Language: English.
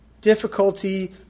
Difficulty